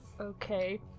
okay